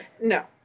No